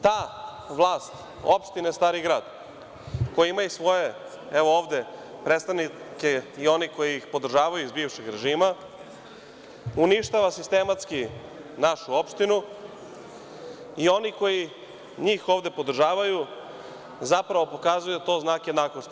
Ta vlast opštine Stari Grad, koja ima i svoje, evo ovde, predstavnike i one koji ih podržavaju iz bivšeg režima, uništava sistematski našu opštinu i oni koji njih ovde podržavaju, zapravo pokazuju to znak jednakosti.